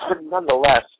nonetheless